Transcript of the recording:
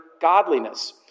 godliness